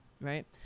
right